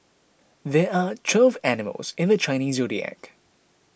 there are twelve animals in the Chinese zodiac